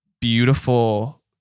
beautiful